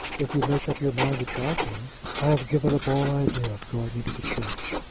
if you make up your mind to try for it. i have given up all idea of going into the church.